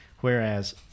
Whereas